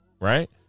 right